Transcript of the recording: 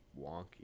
Wonky